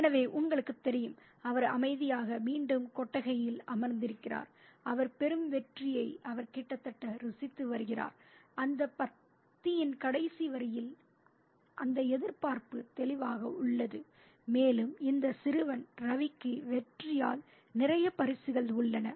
எனவே உங்களுக்குத் தெரியும் அவர் அமைதியாக மீண்டும் கொட்டகையில் அமர்ந்திருக்கிறார் அவர் பெறும் வெற்றியை அவர் கிட்டத்தட்ட ருசித்து வருகிறார் அந்த பத்தியின் கடைசி வரியில் அந்த எதிர்பார்ப்பு தெளிவாக உள்ளது மேலும் இந்த சிறுவன் ரவிக்கு வெற்றியால் நிறைய பரிசுகள் உள்ளன